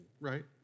right